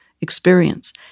experience